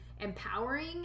empowering